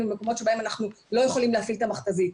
ממקומות שבהם אנחנו לא יכולים להפעיל את המכת"זית.